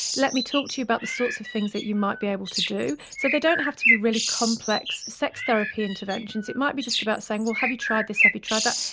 let me talk to you about the sorts of things that you might be able to do'. so they don't have to be really complex sex therapy interventions, it might be just about saying well have you tried this, have you tried that.